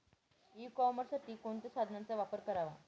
E कॉमर्ससाठी कोणत्या साधनांचा वापर करावा?